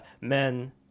men